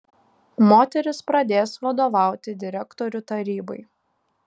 moteris pradės vadovauti direktorių tarybai